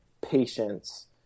patience